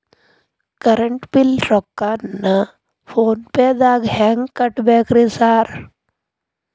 Current bill ರೊಕ್ಕಾನ phone ಪೇದಾಗ ಹೆಂಗ್ ಕಟ್ಟಬೇಕ್ರಿ ಸರ್?